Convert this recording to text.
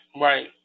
right